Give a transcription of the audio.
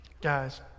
Guys